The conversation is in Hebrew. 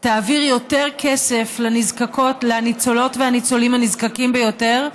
תעביר יותר כסף לניצולות והניצולים הנזקקים ביותר,